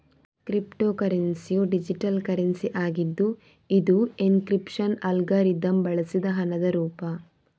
crypto ಕರೆನ್ಸಿಯು digital currency ಆಗಿದ್ದು ಇದು ಎನ್ಕ್ರಿಪ್ಶನ್ ಅಲ್ಗಾರಿದಮ್ ಬಳಸಿದ ಹಣದ ರೂಪ